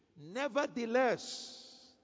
nevertheless